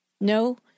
No